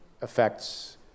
affects